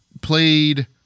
played